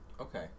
Okay